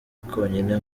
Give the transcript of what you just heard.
konyine